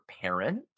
parent